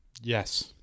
Yes